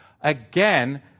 Again